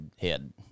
head